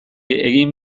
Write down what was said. egin